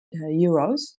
euros